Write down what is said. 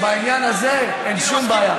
בעניין הזה אין שום בעיה.